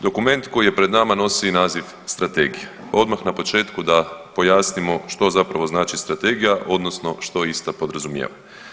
Dokument koji je pred nama nosi naziv strategija, odmah na početku da pojasnimo što zapravo znači strategija odnosno što ista podrazumijeva.